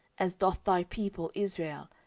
as doth thy people israel,